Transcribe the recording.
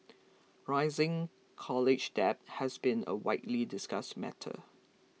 rising college debt has been a widely discussed matter